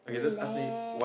relax